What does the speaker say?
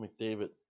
McDavid